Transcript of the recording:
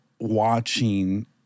watching